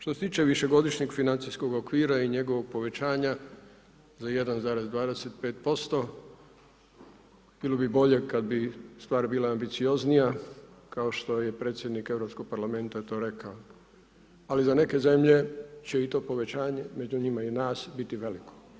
Što se tiče višegodišnjeg financijskog okvira i njegovog povećanja za 1,25% bilo bi bolje kada bi stvar bila ambicioznija kao što je i predsjednik Europskog parlamenta to rekao ali za neke zemlje će i to povećanje, među njima i nas biti veliko.